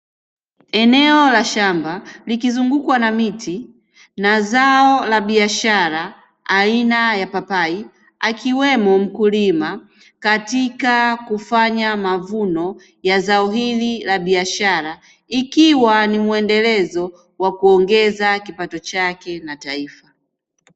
Eneo la shamba likizungukwa na miti na zao la biashara aina ya papai akiwemo mkulima katika kufanya mavuno ya zao hili la biashara ikiwa ni mwendelezo wa kuongeza kipato chake na taifa.